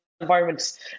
environments